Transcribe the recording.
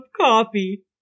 coffee